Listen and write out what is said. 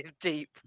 deep